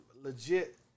legit